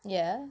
yeah